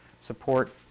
support